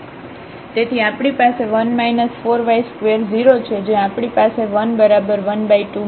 તેથી આપણી પાસે 1 4 y20 છે જ્યાં આપણી પાસે 1 બરાબર 12 મળશે